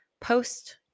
post